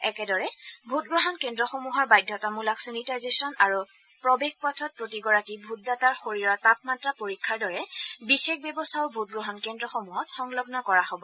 একেদৰে ভোটগ্ৰহণ কেন্দ্ৰসমূহৰ বাধ্যতামূলক ছেনিটাইজেছন আৰু প্ৰৱেশ পথত প্ৰতিগৰাকী ভোটদাতাৰ শৰীৰৰ তাপমাত্ৰা পৰীক্ষাৰ দৰে বিশেষ ব্যৱস্থাও ভোটগ্ৰহণ কেন্দ্ৰসমূহত সংলগ্ন কৰা হ'ব